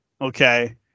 okay